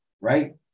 right